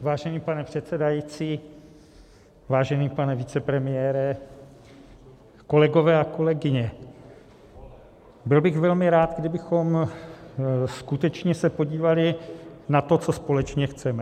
Vážený pane předsedající, vážený pane vicepremiére, kolegyně, kolegové, byl bych velmi rád, kdybychom se skutečně podívali na to, co společně chceme.